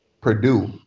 Purdue